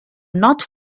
not